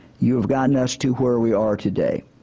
you have gotten us to where we are today.